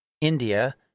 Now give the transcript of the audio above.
...India